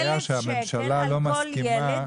הממשלה לא מסכימה,